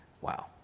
Wow